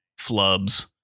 flubs